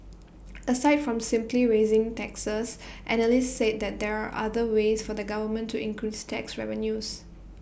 aside from simply raising taxes analysts said that there are other ways for the government to increase tax revenues